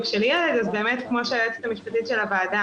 כמו שאמרה היועצת המשפטית של הוועדה,